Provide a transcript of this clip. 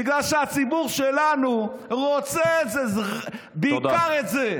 בגלל שהציבור שלנו רוצה את זה, בעיקר את זה.